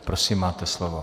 Prosím, máte slovo.